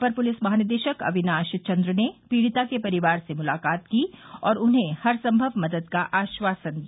अपर पुलिस महानिदेशक अविनाश चन्द्र ने पीड़िता के परिवार से मुलाकात की और उन्हें हरसंभव मदद का आश्वासन दिया